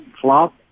flop